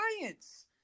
science